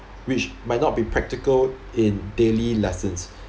which might not be practical in daily lessons